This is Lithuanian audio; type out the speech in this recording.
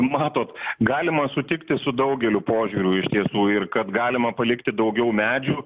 matot galima sutikti su daugeliu požiūrių iš tiesų ir kad galima palikti daugiau medžių